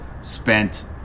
spent